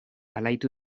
alaitu